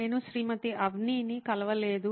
నేను శ్రీమతి అవ్నిని కలవలేదు